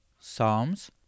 Psalms